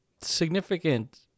significant